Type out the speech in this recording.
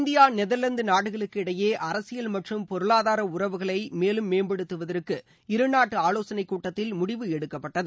India நெதர்வாந்து நாடுகளுக்கு இடையே அரசியல் மற்றும் பொருளாதார உறவுகளை மேலும் மேம்படுத்துவதற்கு இருநாட்டு ஆலோசனைக் கூட்டத்தில் முடிவு எடுக்கப்பட்டது